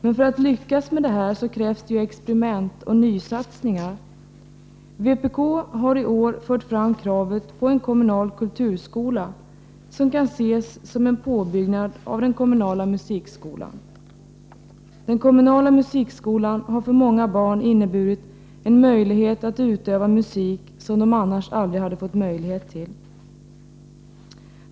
Men för att lyckas med detta krävs experiment och nysatsningar. Vpk har i år fört fram kravet på en kommunal kulturskola, som kan ses som en påbyggnad av den kommunala musikskolan. Den kommunala musikskolan har för många barn inneburit en möjlighet att utöva musik som de annars aldrig hade fått.